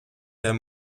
der